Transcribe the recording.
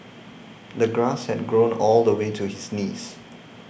the grass had grown all the way to his knees